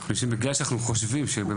אנחנו יושבים פה כי אנחנו מאמינים שיש פתרונות,